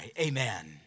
Amen